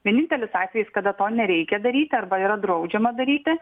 vienintelis atvejis kada to nereikia daryti arba yra draudžiama daryti